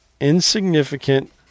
insignificant